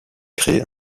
créer